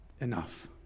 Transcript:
enough